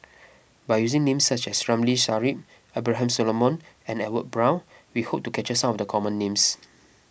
by using names such as Ramli Sarip Abraham Solomon and Edwin Brown we hope to capture some of the common names